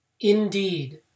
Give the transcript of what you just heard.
Indeed